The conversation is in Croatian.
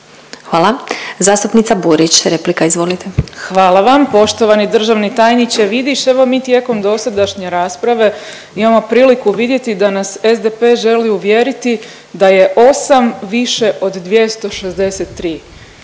Hvala. Zastupnica Burić, replika. Izvolite. **Burić, Majda (HDZ)** Hvala vam. Poštovani državni tajniče Vidiš, evo mi tijekom dosadašnje rasprave imamo priliku vidjeti da nas SDP želi uvjeriti da je 8 više od 263.